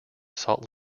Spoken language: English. salt